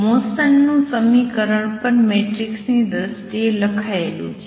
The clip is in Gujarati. મોસન નું સમીકરણ પણ મેટ્રિક્સ ની દ્રષ્ટિએ લખાયેલું છે